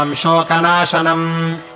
shokanashanam